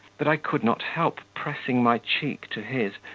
that i could not help pressing my cheek to his,